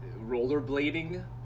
rollerblading